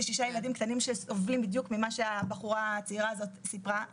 יש לי ששה ילדים קטנים שסובלים בדיוק ממה שהבחורה הצעירה הזאת ספרה,